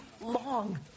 long